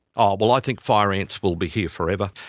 ah well, i think fire ants will be here forever.